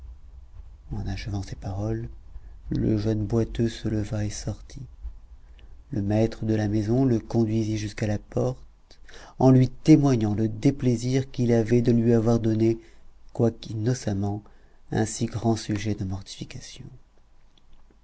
en achevant ces paroles le jeune boiteux se leva et sortit le maître de la maison le conduisit jusqu'à la porte en lui témoignant le déplaisir qu'il avait de lui avoir donné quoique innocemment un si grand sujet de mortification